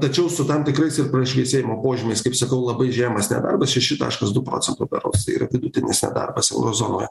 tačiau su tam tikrais ir prašviesėjimo požymiais kaip sakau labai žemas nedarbas šeši taškas du procento berods tai yra vidutinis nedarbas eurozonoje